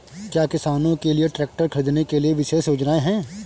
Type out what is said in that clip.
क्या किसानों के लिए ट्रैक्टर खरीदने के लिए विशेष योजनाएं हैं?